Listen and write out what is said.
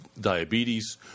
diabetes